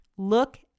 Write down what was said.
Look